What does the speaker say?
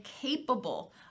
capable